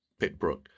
Pitbrook